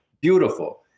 Beautiful